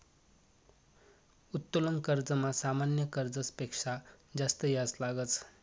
उत्तोलन कर्जमा सामान्य कर्जस पेक्शा जास्त याज लागस